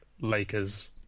Lakers